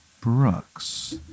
Brooks